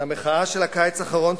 שהמחאה של הקיץ האחרון,